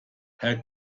herr